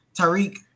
Tariq